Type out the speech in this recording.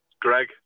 Greg